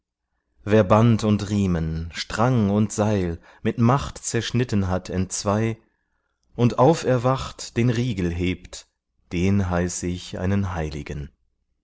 wer band und riemen strang und seil mit macht zerschnitten hat entzwei und auferwacht den riegel hebt den heiß ich einen heiligen